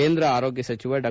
ಕೇಂದ್ರ ಆರೋಗ್ಯ ಸಚಿವ ಡಾ